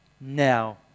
now